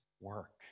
work